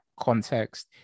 context